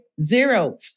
zero